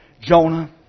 Jonah